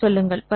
பரவாயில்லை